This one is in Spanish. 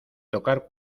tocar